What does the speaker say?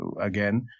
again